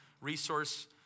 Resource